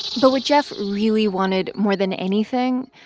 so what jeff really wanted more than anything,